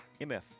MF